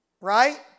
right